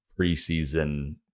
preseason